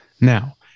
Now